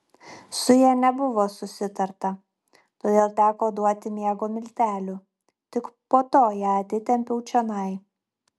su ja nebuvo susitarta todėl teko duoti miego miltelių tik po to ją atitempiau čionai